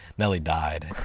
nelly died.